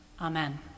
Amen